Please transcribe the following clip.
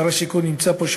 שר השיכון נמצא פה,